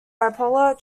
bipolar